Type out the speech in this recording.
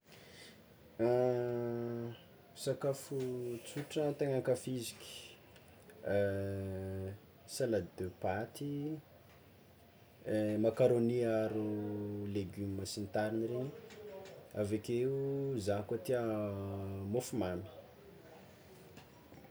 Sakafo tsotra tegna ankafiziky, salade de paty, macarôni aharo legioma sy ny tariny io, avekeo zah koa tià môfo mamy.